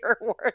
award